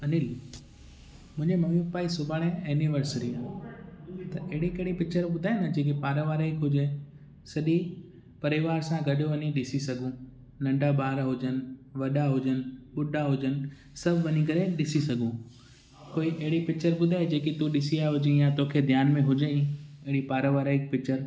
अनिल मुंहिंजे mummy papa जी सुभाणे एनिवर्सरी आहे त अहिड़ी कहिड़ी पिचर ॿुधायो न जेकी पारावारिकु हुजे सॼी परिवार सां गॾु वञी ॾिसी सघूं नंढा ॿार हुजनि वॾा हुजनि ॿुढा हुजनि सभु वञी करे ॾिसी सघूं कोई अहिड़ी पिचर ॿुधाए जेकी तूं ॾिसी आयो जीअं तोखे ध्यान में हुजई अहिड़ी पारावारिकु पिचर